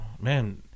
man